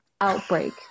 outbreak